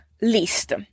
list